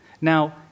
Now